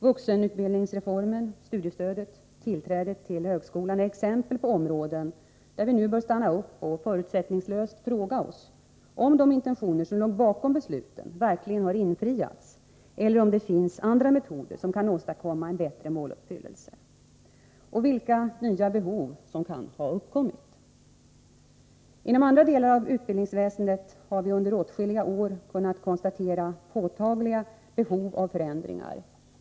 Vuxenutbildningsreformen, studiestödet och tillträdet till högskolan är exempel på områden där vi nu bör stanna upp och förutsättningslöst fråga oss om de intentioner som låg bakom besluten verkligen har infriats eller om det finns andra metoder som kan åstadkomma en bättre måluppfyllelse, och vilka nya behov som kan ha uppkommit. Inom andra delar av utbildningsväsendet har vi under åtskilliga år kunnat konstatera påtagliga behov av förändringar.